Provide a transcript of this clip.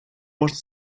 можно